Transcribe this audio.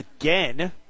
again